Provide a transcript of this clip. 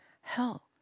hell